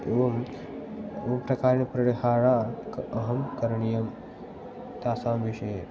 एवं उक्तकारणपरिहारः क् अहं करणीयं तासां विषये